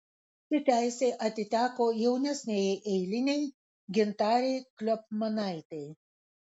ši teisė atiteko jaunesniajai eilinei gintarei kliopmanaitei